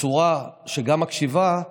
בצורה שגם מקשיבה,